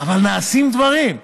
אבל נעשים דברים.